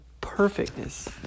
perfectness